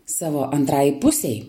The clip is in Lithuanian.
savo antrai pusei